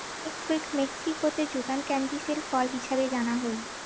egg fruit মেক্সিকোতে যুগান ক্যান্টিসেল ফল হিছাবে জানা হই